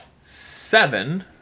seven